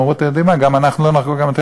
הם אמרו: